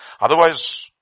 Otherwise